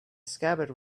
scabbard